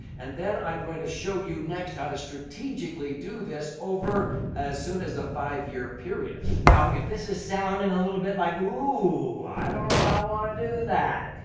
and then i'm going to show you next how to strategically do this over as soon as a five year period. now, if this is sounding a little bit like, ooh, i don't know if i want to do that.